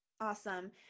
Awesome